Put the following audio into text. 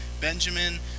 Benjamin